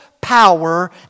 power